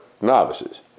novices